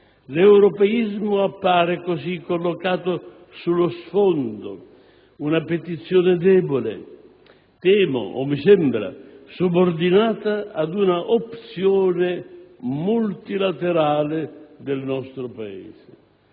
L'europeismo appare così collocato sullo sfondo, una petizione debole, temo o mi sembra, subordinata ad una opzione multilaterale del nostro Paese.